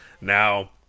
Now